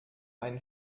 ein